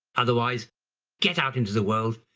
otherwise get out into the world,